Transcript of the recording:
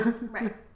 Right